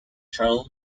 cheryl